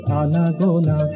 anagona